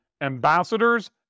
ambassadors